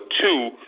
two